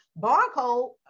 barcode